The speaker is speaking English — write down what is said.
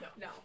no